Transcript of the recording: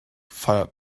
feiert